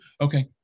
Okay